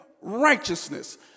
Righteousness